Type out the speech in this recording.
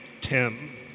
Tim